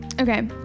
Okay